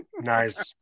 Nice